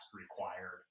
required